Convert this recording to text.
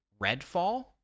Redfall